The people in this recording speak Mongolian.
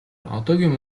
одоогийн